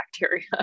bacteria